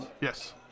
Yes